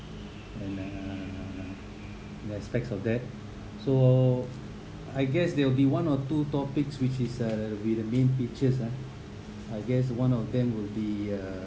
and uh the aspects of that so I guess there will be one or two topics which is a with the main features ah I guess one of them will be a